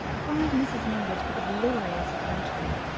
cried mrs. mingott with a glorious effrontery.